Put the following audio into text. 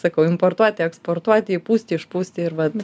sakau importuoti eksportuoti įpūsti išpūsti ir vat